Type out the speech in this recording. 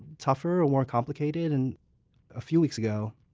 tougher or more complicated. and a few weeks ago,